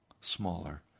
smaller